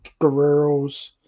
Guerreros